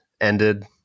ended